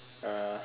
uh